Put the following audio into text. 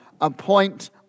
appoint